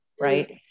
right